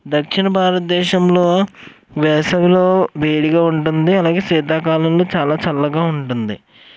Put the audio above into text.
దక్షిణ భారతదేశంలో వేసవిలో వేడిగా ఉంటుంది అలాగే శీతాకాలంలో చాలా చల్లగా ఉంటుంది